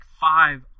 five